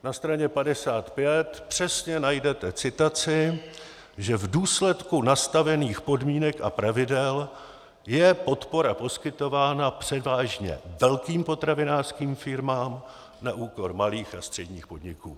Na straně 55 přesně najdete citaci, že v důsledku nastavených podmínek a pravidel je podpora poskytována převážně velkým potravinářským firmám na úkor malých a středních podniků.